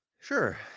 Sure